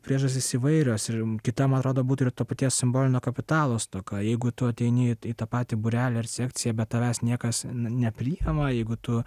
priežastys įvairios ir kitam man rodo būti ir to paties simbolinio kapitalo stoka jeigu tu ateini į tą patį būrelį ar sekciją bet tavęs niekas ne nepriima jeigu tu